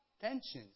Tensions